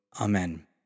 Amen